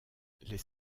les